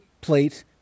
plate